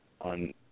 on